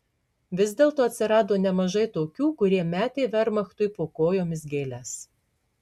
vis dėlto atsirado nemažai tokių kurie metė vermachtui po kojomis gėles